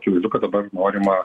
akivaizdu kad dabar norima